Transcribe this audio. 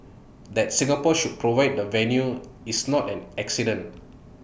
that Singapore should provide the venue is not an accident